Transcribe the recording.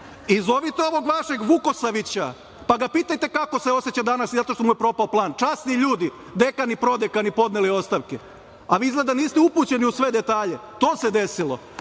i zovite ovog vašeg Vukosavića, pa ga pitajte kako se oseća danas, jer mu je propao plan. Časni ljudi, dekan i prodekan podneli ostavke, a vi izgleda niste upućeni u sve detalje, to se desilo. Dakle,